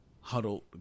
huddled